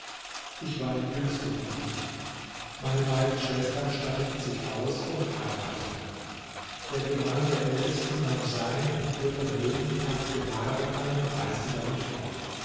ich war die jüngste von ihnen meine beiden schwestern statteten sich aus und heirateten der gemahl der ältesten nahm sein und ihr vermögen packte waren ein und reiste damit fort